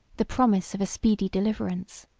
the promise of a speedy deliverance.